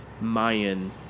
Mayan